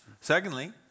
Secondly